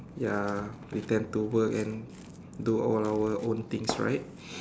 ya return to work and do all our own things right